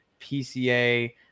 pca